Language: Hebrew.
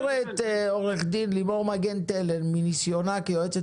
אומרת עו"ד לימון מגן תלם מניסיונה כיועצת